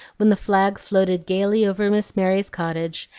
when the flag floated gayly over miss mary's cottage,